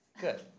good